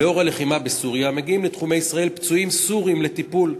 לאור הלחימה בסוריה מגיעים לתחומי ישראל פצועים סורים לטיפול.